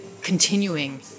continuing